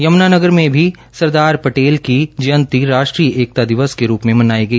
येमुनानगर में भी सरदार पटेल की जयंती राष्ट्रीय एकता दिवस के रूप में मनाई गई